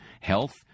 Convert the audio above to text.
Health